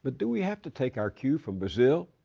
but do we have to take our cue from brazil?